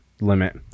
limit